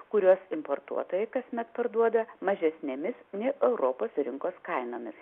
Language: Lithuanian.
kuriuos importuotojai kasmet parduoda mažesnėmis nei europos rinkos kainomis